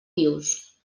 dius